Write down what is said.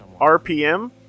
RPM